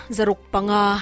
Zarukpanga